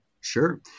Sure